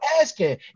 asking